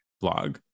blog